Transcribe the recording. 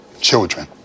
children